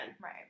Right